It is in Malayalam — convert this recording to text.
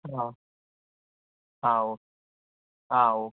ആ ആ ഓ ആ ഓക്കെ